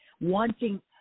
wanting